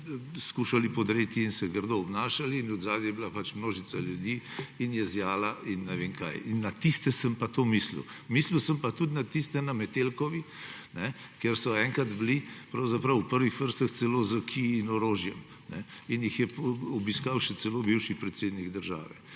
ograje podreti in se grdo obnašali; zadaj je bila množica ljudi in je zijala in ne vem kaj. In na tiste sem pa to mislil. Mislil sem pa tudi na tiste na Metelkovi, ker so enkrat bili pravzaprav v prvih vrstah celo s kiji in orožjem in jih je obiskal še celo bivši predsednik države.